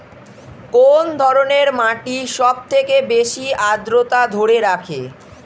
কোন ধরনের মাটি সবথেকে বেশি আদ্রতা ধরে রাখে?